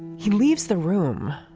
he leaves the room.